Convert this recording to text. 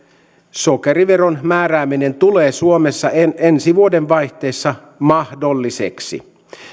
sokeriveron määrääminen tulee suomessa ensi vuodenvaihteessa mahdolliseksi